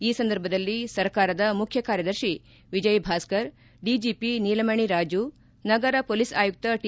ಈ ಸಂದರ್ಭದಲ್ಲಿ ಸರ್ಕಾರದ ಮುಖ್ಡಿಕಾರ್ಯದರ್ಶಿ ವಿಜಯ್ ಭಾಸ್ತರ್ ಡಿಜಿಪಿ ನೀಲಮಣಿ ರಾಜು ನಗರ ಮೊಲೀಸ್ ಆಯುಕ್ತ ಟಿ